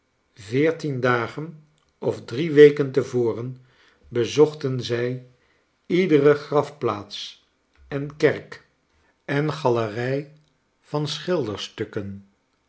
yeertien dagen of drie weken te voren bezochten zij iederegrafplaats en kerk rome en galerij van